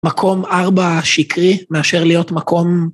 מקום ארבע שקרי מאשר להיות מקום